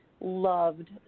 loved